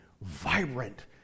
vibrant